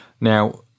Now